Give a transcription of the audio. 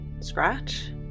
Scratch